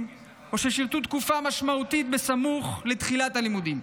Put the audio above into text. או ששירתו תקופה משמעותית סמוך לתחילת הלימודים.